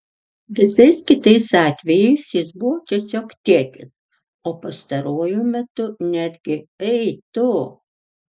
visais kitais atvejais jis buvo tiesiog tėtis o pastaruoju metu netgi ei tu